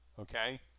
Okay